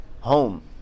home